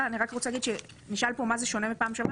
נשאל פה מה זה שונה מפעם שעברה.